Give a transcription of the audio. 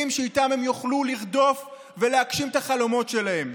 שאיתם הם יוכלו לרדוף ולהגשים את החלומות שלהם.